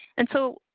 and so,